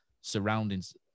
surroundings